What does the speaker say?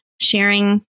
sharing